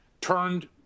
turned